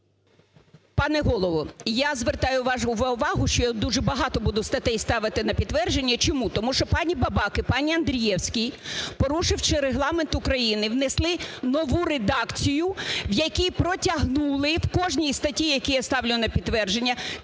Пане Голово, я звертаю вашу увагу, що я дуже багато буду статей ставити на підтвердження. Чому? Тому що пані Бабак і пан Андрієвський, порушивши Регламент України, внесли нову редакцію, в якій протягнули, в кожній статті, які я ставлю на підтвердження,